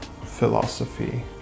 philosophy